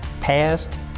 past